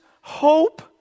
hope